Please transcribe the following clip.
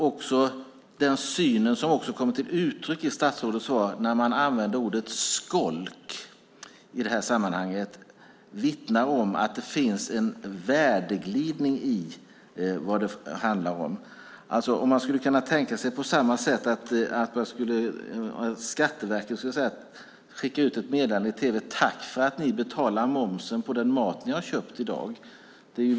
Också den syn som kommer till uttryck i statsrådets svar med ordet "skolk" vittnar om att det finns en värdeglidning i vad det här handlar om. Vi kan tänka oss att Skatteverket i tv tackar för att vi betalar momsen på den mat vi har köpt i dag.